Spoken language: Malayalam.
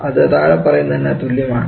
അത് താഴെ പറയുന്നതിന് തുല്യമാണ്